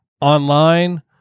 online